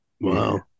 Wow